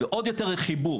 ועוד יותר חיבור.